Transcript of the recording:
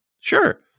Sure